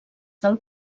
del